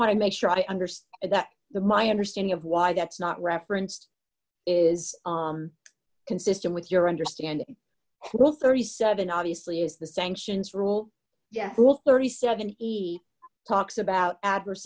to make sure i understand that the my understanding of why that's not referenced is consistent with your understanding well thirty seven obviously is the sanctions rule yes thirty seven talks about adverse